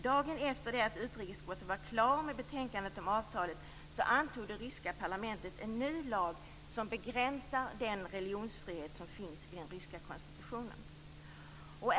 Dagen efter att man i utrikesutskottet var klar med betänkandet om avtalet antog det ryska parlamentet en ny lag, som begränsar den religionsfrihet som finns i den ryska konstitutionen.